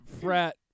frat